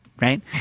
right